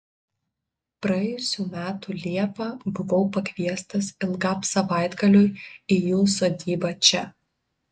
praėjusių metų liepą buvau pakviestas ilgam savaitgaliui į jų sodybą čia